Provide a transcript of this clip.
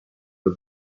the